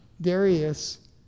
Darius